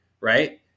Right